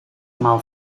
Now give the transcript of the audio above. maal